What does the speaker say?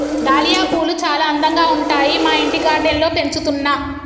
dahlia పూలు చాల అందంగా ఉంటాయి మా ఇంటి గార్డెన్ లో పెంచుతున్నా